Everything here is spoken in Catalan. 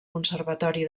conservatori